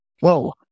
Whoa